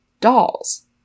dolls